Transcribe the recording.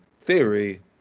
theory